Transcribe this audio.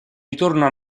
ritorno